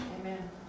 Amen